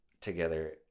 together